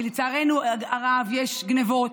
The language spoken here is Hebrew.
כי לצערנו הרב יש גנבות,